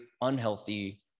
unhealthy